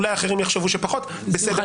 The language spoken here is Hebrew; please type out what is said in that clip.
אולי אחרים יחשבו שפחות, בסדר.